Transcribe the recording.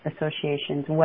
associations